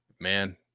Man